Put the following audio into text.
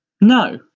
No